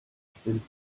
sind